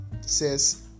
says